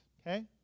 okay